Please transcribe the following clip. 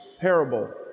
parable